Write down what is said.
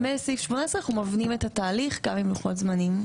מסעיף 18 אנחנו מבנים את התהליך גם עם לוחות זמנים.